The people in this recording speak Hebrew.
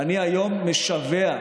ואני היום משווע,